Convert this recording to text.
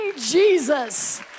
Jesus